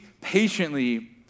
patiently